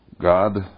God